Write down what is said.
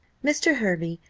mr. hervey,